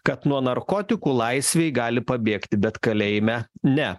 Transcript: kad nuo narkotikų laisvėj gali pabėgti bet kalėjime ne